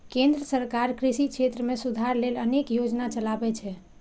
केंद्र सरकार कृषि क्षेत्र मे सुधार लेल अनेक योजना चलाबै छै